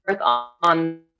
on